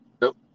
Nope